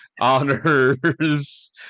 Honors